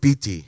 PT